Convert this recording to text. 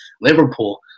Liverpool